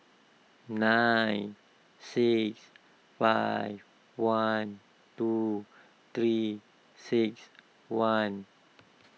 nine six five one two three six one